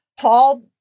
Paul